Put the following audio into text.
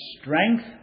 strength